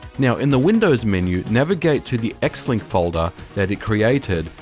now, in the windows menu, navigate to the xlink folder that it created,